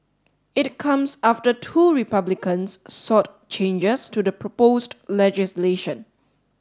it comes after two Republicans sought changes to the proposed legislation